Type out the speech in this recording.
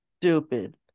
stupid